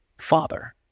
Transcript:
father